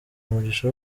umugisha